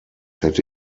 hätte